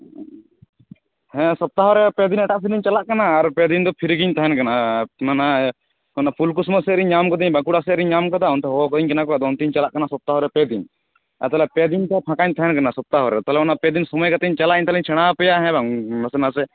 ᱦᱮᱸ ᱥᱚᱯᱚᱛᱟᱦᱚ ᱨᱮ ᱯᱮ ᱫᱤᱱ ᱮᱴᱟᱜ ᱥᱮᱱ ᱤᱧ ᱪᱟᱞᱟᱜ ᱠᱟᱱᱟ ᱟᱨ ᱯᱮᱫᱤᱱ ᱫᱚ ᱯᱷᱤᱨᱤ ᱜᱮᱧ ᱛᱟᱦᱮᱱ ᱠᱟᱱᱟ ᱢᱟᱱᱮ ᱚᱱᱟ ᱯᱷᱩᱞᱠᱩᱥᱢᱟᱹ ᱥᱮᱫ ᱨᱮᱧ ᱧᱟᱢ ᱟᱠᱟᱫᱟᱹᱧ ᱵᱟᱸᱠᱩᱲᱟ ᱥᱮᱡ ᱨᱮᱧ ᱧᱟᱢ ᱟᱠᱟᱫᱟ ᱚᱱᱛᱮ ᱦᱚ ᱟᱹᱧ ᱠᱟᱱᱟ ᱠᱚ ᱟᱫᱚ ᱚᱱᱛᱮᱧ ᱪᱟᱞᱟᱜ ᱠᱟᱱᱟ ᱥᱚᱯᱛᱟᱦᱚ ᱨᱮ ᱯᱮ ᱫᱤᱱ ᱟᱫᱚ ᱛᱟᱦᱚᱞᱮ ᱯᱮ ᱫᱤᱱ ᱛᱚ ᱯᱷᱟᱠᱟᱧ ᱛᱟᱦᱮᱱ ᱠᱟᱱᱟ ᱥᱚᱯᱛᱟᱦᱚ ᱨᱮ ᱛᱟᱦᱚᱞᱮ ᱚᱱᱟ ᱯᱮ ᱫᱤᱱ ᱥᱚᱢᱚᱭ ᱠᱟᱛᱮᱧ ᱪᱟᱞᱟᱜ ᱟᱹᱧ ᱛᱟᱦᱚᱞᱮᱧ ᱥᱮᱬᱟ ᱟᱯᱮᱭᱟ ᱦᱮᱸ ᱵᱟᱝ ᱱᱟᱥᱮ ᱱᱟᱥᱮ